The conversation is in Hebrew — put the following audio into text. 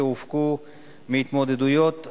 בקריאה